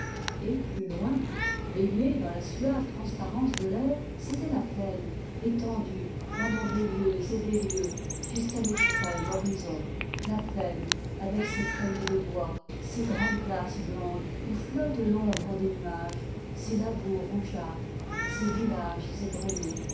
et plus loin baignée dans la suave transparence de l'air c'était la plaine étendue pendant des lieues et des lieues jusqu'à l'extrême horizon la plaine avec ses traînées de bois ses grandes places blondes où flotte l'ombre des nuages ses labours rougeâtres ses villages